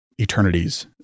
eternities